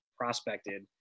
prospected